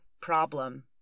problem